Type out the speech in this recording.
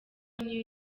new